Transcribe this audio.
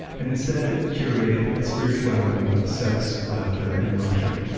and instead curated as spirituality of sex, laughter and luxury,